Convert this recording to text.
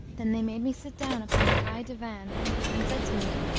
then they made me sit down upon a high divan and said to me,